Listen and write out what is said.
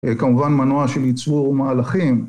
כמובן מנוע של ייצור מהלכים.